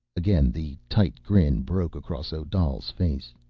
again the tight grin broke across odal's face.